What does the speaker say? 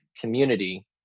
community